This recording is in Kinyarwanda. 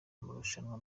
amarushanwa